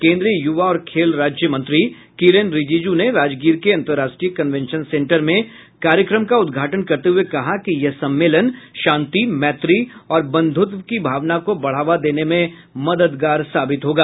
केंद्रीय युवा और खेल राज्य मंत्री किरेन रिजिजू ने राजगीर के अंतरराष्ट्रीय कन्वेंशन सेंटर में कार्यक्रम का उद्घाटन करते हुये कहा कि यह सम्मेलन शांति मैत्री और बंधुत्व की भावना को बढ़ावा देने में मददगार साबित होगा